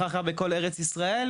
אחר-כך בכל ארץ ישראל,